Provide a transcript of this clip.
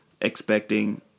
expecting